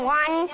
one